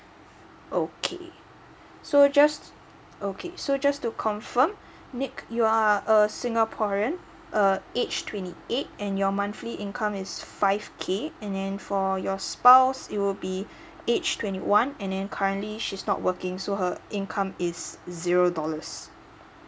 okay so just okay so just to confirm nick you are a singaporean uh age twenty eight and your monthly income is five K and then for your spouse it'll be age twenty one and then currently she's not working so her income is zero dollars